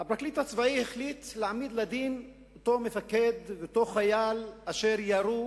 הפרקליט הצבאי החליט להעמיד לדין את אותו מפקד ואותו חייל אשר ירו